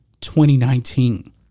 2019